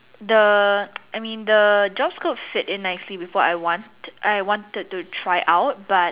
the I mean the job scope fit in nicely with what I want I wanted to try out but